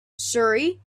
surrey